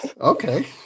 Okay